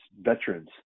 veterans